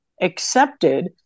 accepted